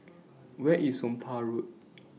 Where IS Somapah Road